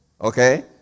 Okay